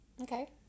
Okay